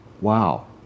wow